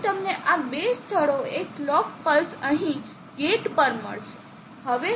તેથી અહીં તમને આ બે સ્થળોએ કલોક પલ્સ અહીં ગેટ પર મળશે